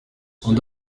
undi